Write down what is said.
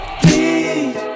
please